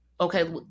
Okay